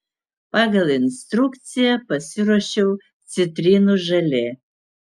pagal instrukciją pasiruošiau citrinų želė